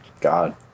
God